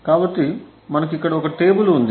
కాబట్టి మనకు ఇక్కడ ఒక టేబుల్ ఉంది